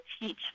teach